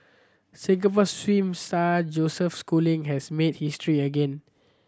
Singapore swim star Joseph Schooling has made history again